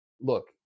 look